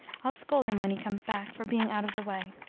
i'll scold him when he comes back, for being out of the way.